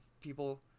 people